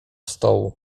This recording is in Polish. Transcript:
stołu